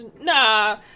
nah